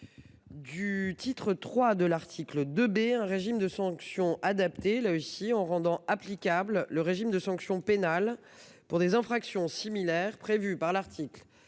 du III de l'article 2 B, un régime de sanctions adapté, en rendant applicable le régime de sanctions pénales pour des infractions similaires prévu par l'article L.